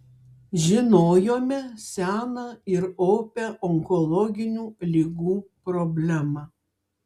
žinojome seną ir opią onkologinių ligų problemą